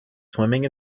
swimming